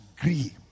agree